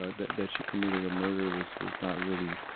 ah that, that she committed a murder was, was not really,